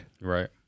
Right